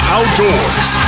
Outdoors